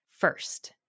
first